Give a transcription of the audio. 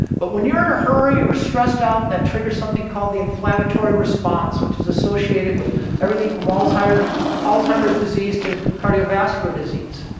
but when you're in a hurry or stressed out, that triggers something called the inflammatory response, which is associated with everything from alzheimer's alzheimer's disease to cardiovascular disease.